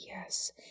Yes